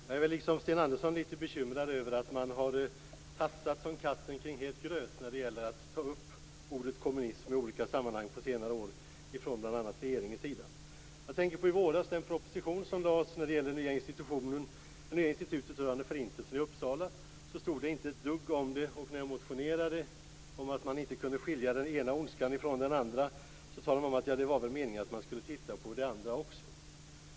Fru talman! Jag är liksom Sten Andersson litet bekymrad över att man från bl.a. regeringens sida har tassat som katten kring het gröt när det gäller att ta upp ordet kommunism i olika sammanhang på senare år. Jag tänker på den proposition som lades fram i våras om det nya institutet i Uppsala rörande Förintelsen. Där stod inte ett dugg om detta. Och när jag motionerade om att det inte går att skilja den ena ondskan från den andra talade man om att det var väl meningen att man skulle titta närmare på det andra också.